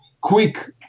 quick